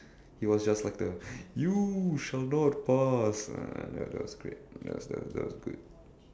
he was just like the you shall not pass and that was great that was that was good